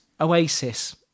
Oasis